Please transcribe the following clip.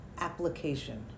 application